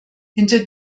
hinter